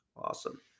Awesome